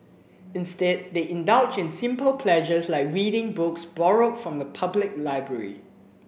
instead they indulge in simpler pleasures like reading books borrowed from the public library